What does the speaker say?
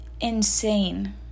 insane